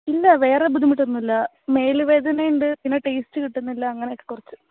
ഇല്ല വേറെ ബുദ്ധിമുട്ടൊന്നുമില്ല മേലു വേദനയുണ്ട് പിന്നെ ടേസ്റ്റ് കിട്ടുന്നില്ല അങ്ങനെയെക്കെ കുറച്ച്